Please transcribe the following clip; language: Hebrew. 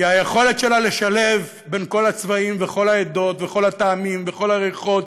היא היכולת שלה לשלב בין כל הצבעים וכל העדות וכל הטעמים וכל הריחות,